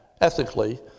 ethically